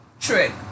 trick